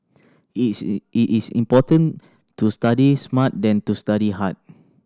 it is more important to study smart than to study hard